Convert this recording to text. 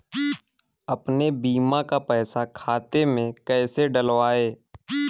अपने बीमा का पैसा खाते में कैसे डलवाए?